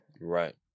Right